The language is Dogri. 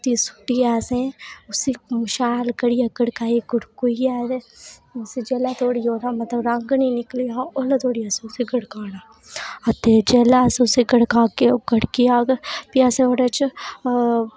पत्ती सु''ट्टियै शैल करियै गड़काइयै गुड़काुइयै उसी जेल्लै धोह्ड़ा ओह्दा रंग नेईं निकलेआ ओल्ले धोड़ी उसी गड़काना अते जेल्लै अस उसी गड़कागे ओह् गड़की जाह्ग प्ही असें ओह्दे च